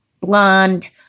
blonde